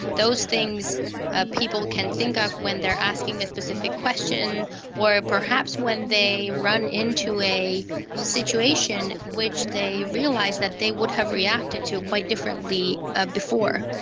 those things ah people can think of when they are asking a specific question or perhaps when they run into a situation which they realise that they would have reacted to quite differently ah before.